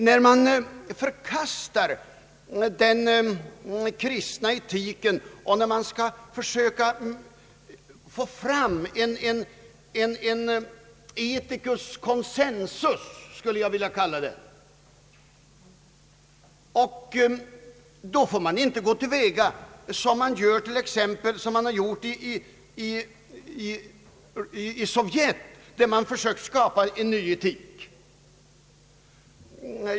När man förkastar den kristna etiken och skall försöka få fram vad jag skulle vilja kalla en ethicus consensus, får man inte gå till väga som man gjort i Sovjetunionen, där man ju försökt skapa en ny etik.